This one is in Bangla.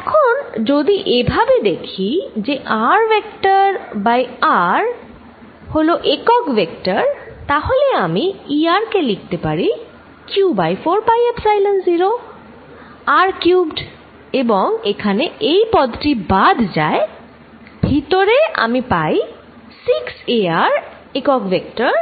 এখন আমি যদি এভাবে দেখি যে r ভেক্টর বাই r হল একক ভেক্টর তাহলে আমি E r কে লিখতে পারি q by 4 pi epsilon 0 r cubed এবং এখানে এই পদ টি বাদ যায় ভেতরে আমি পাই 6 a r একক ভেক্টর